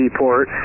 port